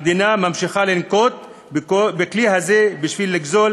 המדינה ממשיכה לנקוט את הכלי הזה בשביל לגזול